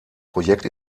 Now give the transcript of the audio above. projekt